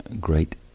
great